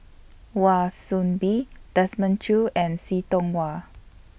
Wan Soon Bee Desmond Choo and See Tiong Wah